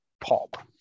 pop